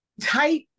Type